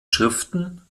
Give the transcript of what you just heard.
schriften